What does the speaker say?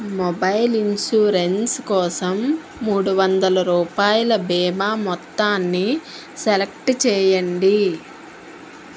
mobile insurance కోసం మూడు వందల రూపాయల బీమా మొత్తాన్ని సెలెక్ట్ చేయండి